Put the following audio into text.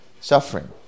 suffering